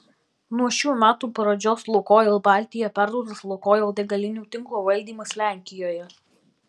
nuo šių metų pradžios lukoil baltija perduotas lukoil degalinių tinklo valdymas lenkijoje